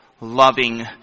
loving